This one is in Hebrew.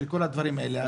של כל הדברים האלה.